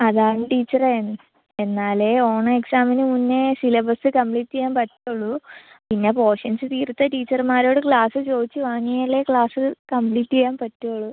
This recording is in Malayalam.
അതാണ് ടീച്ചറെ എന്നാലേ ഓണം എക്സാമിന് മുന്നേ സിലബസ്സ് കമ്പ്ലീറ്റ് ചെയ്യാൻ പറ്റൂള്ളൂ പിന്നെ പോഷൻസ്സ് തീർത്ത ടീച്ചർമാരോട് ക്ലാസ്സ് ചോദിച്ച് വാങ്ങിയാലെ ക്ലാസ്സ് കമ്പ്ലീറ്റ് ചെയ്യാൻ പറ്റുകയുള്ളൂ